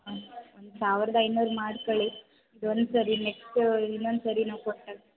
ಹಾಂ ಒಂದು ಸಾವಿರದ ಐನೂರು ಮಾಡ್ಕೊಳ್ಳಿ ಇದೊಂದು ಸಾರಿ ನೆಕ್ಸ್ಟ್ ಇನ್ನೊಂದು ಸಾರಿ ನಾವು ಕೊಟ್ಟಾಗ